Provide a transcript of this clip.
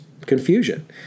confusion